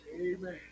Amen